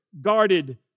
guarded